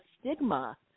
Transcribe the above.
stigma